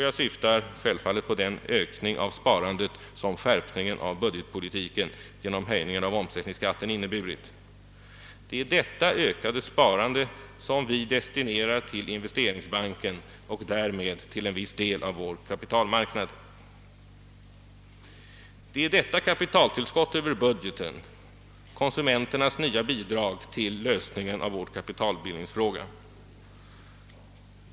Jag syftar självfallet här på den ökning av sparandet som skärpningen av budgetpolitiken genom höjningen av omsättningsskatten har inneburit. Det är detta ökade sparande som vi destinerar till investeringsbanken och därmed till en viss del av vår kapitalmarknad. Det är ett kapitaltillskott över budgeten, konsumenternas nya bidrag till lösningen av vår kapitalbildningsfråga.